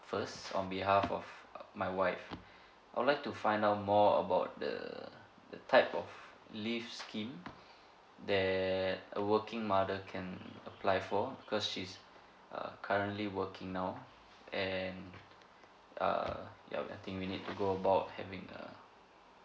first on behalf of my wife I would like to find out more about the the type of leave scheme that a working mother can apply for because she's uh currently working now and err ya I think we need to go about having a